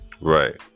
Right